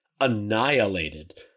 annihilated